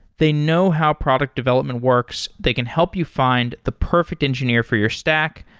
they know how product development works. they can help you find the perfect engineer for your stack,